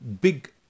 big